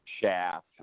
Shaft